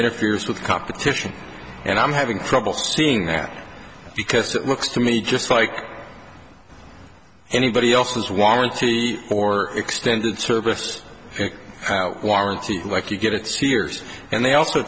interferes with competition and i'm having trouble seeing that because it looks to me just like anybody else's warranty or extended service and how warranty like you get it seers and they also